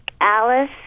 Alice